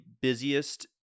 busiest